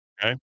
okay